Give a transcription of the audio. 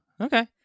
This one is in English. okay